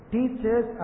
Teachers